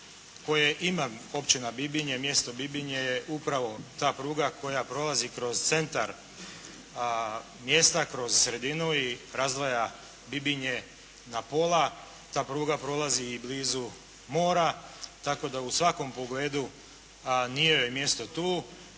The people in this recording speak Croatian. koje ima općina Bibinje, mjesto Bibinje je upravo ta pruga koja prolazi kroz centar mjesta kroz sredinu i razdvaja Bibinje na pola. Ta pruga prolazi i blizu mora, tako da u svakom pogledu nije joj mjesto tu.